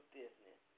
business